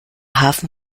hafen